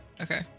Okay